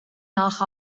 nach